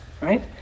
right